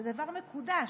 זה דבר מקודש.